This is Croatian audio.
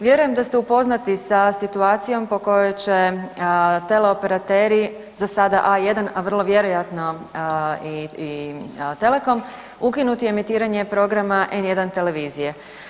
Vjerujem da ste upoznati sa situacijom po kojoj će teleoperateri za sada A1 a vrlo vjerojatno i Telekom, ukinuti emitiranje programa N1 televizije.